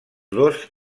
dos